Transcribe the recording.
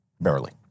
barely